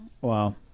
Wow